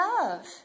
love